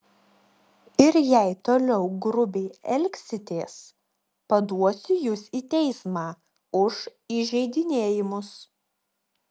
ir jei toliau grubiai elgsitės paduosiu jus į teismą už įžeidinėjimus